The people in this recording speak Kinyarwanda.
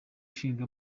ishinga